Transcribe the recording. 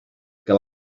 que